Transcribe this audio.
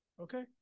Okay